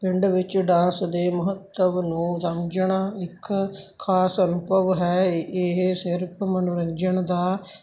ਪਿੰਡ ਵਿੱਚ ਡਾਂਸ ਦੇ ਮਹੱਤਵ ਨੂੰ ਸਮਝਣਾ ਇੱਕ ਖਾਸ ਅਨੁਭਵ ਹੈ ਇਹ ਇਹ ਸਿਰਫ ਮਨੋਰੰਜਨ ਦਾ